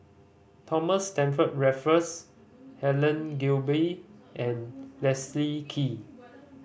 Thomas Stamford Raffles Helen Gilbey and Leslie Kee